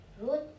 root